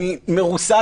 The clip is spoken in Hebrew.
אני מרוסק,